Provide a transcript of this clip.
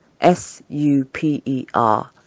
S-U-P-E-R